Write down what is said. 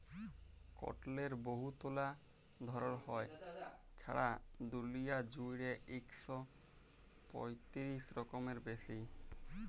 কটলের বহুতলা ধরল হ্যয়, ছারা দুলিয়া জুইড়ে ইক শ পঁয়তিরিশ রকমেরও বেশি